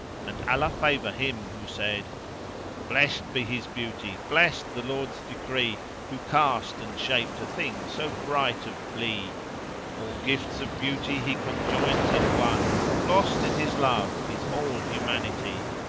and allah favour him who said blest be his beauty blest the lord's decree who cast and shaped a thing so bright of blee all gifts of beauty he conjoins in one lost in his love is all humanity